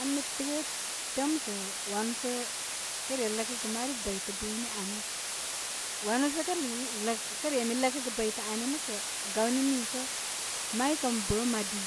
Ən mi tə'ə' tə'əm sə wanu sə kə re ləkəgə mari bəytə bəni ani. Wanu sə' kə lə kə' re i lə kəgə bəytə bəni ani nə' kə' gawni niisə maykən bəə madi